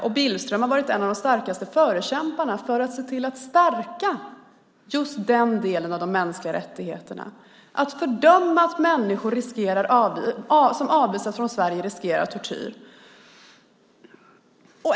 Och Billström har varit en av de starkaste förkämparna för att se till att stärka just den delen av de mänskliga rättigheterna, att fördöma att människor som avvisas från Sverige riskerar tortyr.